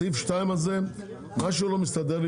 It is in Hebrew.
בסעיף 2 משהו לא מסתדר לי,